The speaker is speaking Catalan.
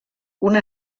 una